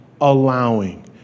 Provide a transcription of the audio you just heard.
allowing